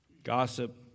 Gossip